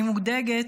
אני מודאגת,